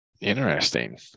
Interesting